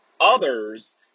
others